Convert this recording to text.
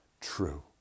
true